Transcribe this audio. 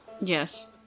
Yes